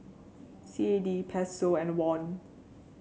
C A D Peso and Won